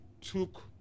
took